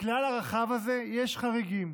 לכלל הרחב הזה יש חריגים,